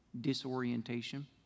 disorientation